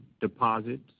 deposits